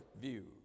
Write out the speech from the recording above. view